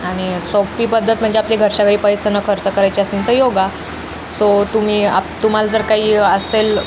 आणि सोपी पद्धत म्हणजे आपली घरच्या घरी पैसे नं खर्च करायची असेल तर योगा सो तुम्ही आप तुम्हाला जर काही असेल